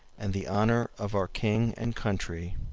and the honour of our king and country,